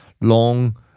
long